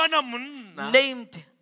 named